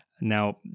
Now